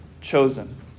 chosen